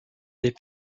des